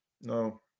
No